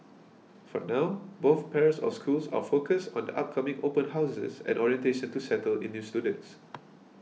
for now both pairs of schools are focused on the upcoming open houses and orientation to settle in new students